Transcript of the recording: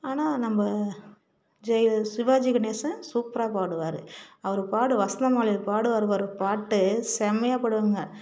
ஆனால் நம்ம ஜெயல சிவாஜிகணேசன் சூப்பராக பாடுவார் அவர் பாடு வசந்தமாளிகை பாடுவார் பாரு பாட்டு செம்மையாக பாடுவாங்க